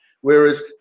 whereas